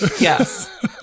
Yes